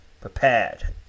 Prepared